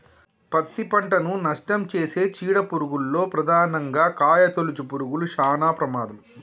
పత్తి పంటను నష్టంచేసే నీడ పురుగుల్లో ప్రధానంగా కాయతొలుచు పురుగులు శానా ప్రమాదం